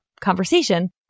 conversation